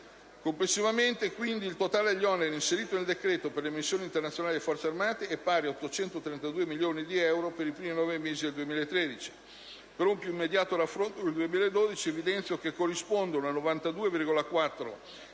Complessivamente, quindi, il totale degli oneri inserito nel decreto per le missioni internazionali delle Forze armate è pari a 832 milioni di euro per i primi nove mesi del 2013. Per un più immediato raffronto con il 2012, evidenzio che corrispondono a 92,4